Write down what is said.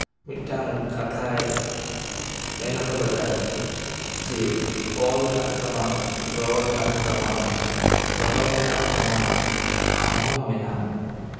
ᱢᱤᱫᱴᱟᱝ ᱠᱟᱛᱷᱟᱭ ᱢᱮᱱ ᱦᱚᱴᱚ ᱞᱮᱫᱟᱭ ᱡᱮ ᱚᱞ ᱢᱮᱱᱟᱜ ᱛᱟᱢᱟ ᱨᱚᱲ ᱢᱮᱱᱟᱜ ᱛᱟᱢᱟ ᱫᱷᱚᱨᱚᱢ ᱢᱮᱱᱟᱜ ᱛᱟᱢᱟ ᱟᱢ ᱦᱚᱸ ᱢᱮᱱᱟᱢ